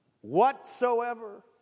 whatsoever